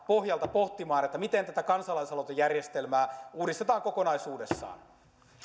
pohjalta pohtimaan miten tätä kansalaisaloitejärjestelmää uudistetaan kokonaisuudessaan